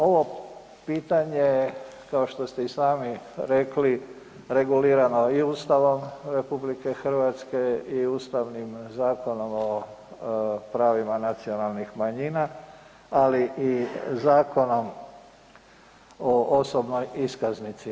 Ovo pitanje kao što ste i sami rekli, regulirano i Ustavom RH i Ustavnim zakonom o pravima nacionalnih manjina, ali i Zakonom o osobnoj iskaznici.